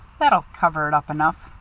that'll cover it up enough.